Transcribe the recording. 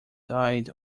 died